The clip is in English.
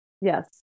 Yes